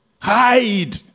hide